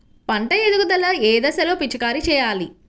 పంట ఎదుగుదల ఏ దశలో పిచికారీ చేయాలి?